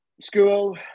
school